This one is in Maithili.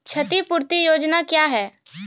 क्षतिपूरती योजना क्या हैं?